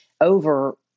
over